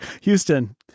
Houston